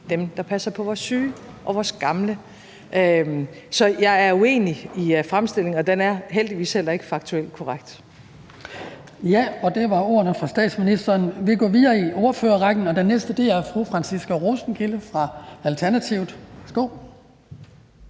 dem, der passer på vores syge og vores gamle. Så jeg er uenig i fremstillingen, og den er heldigvis heller ikke faktuelt korrekt. Kl. 14:30 Den fg. formand (Hans Kristian Skibby): Det var ordene fra statsministeren. Vi går videre i spørgerrækken, og den næste er fru Franciska Rosenkilde fra Alternativet.